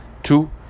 Two